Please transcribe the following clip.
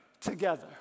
together